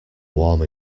warm